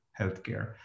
healthcare